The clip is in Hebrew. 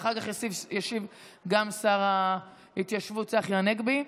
ואחר כך ישיב גם שר ההתיישבות צחי הנגבי.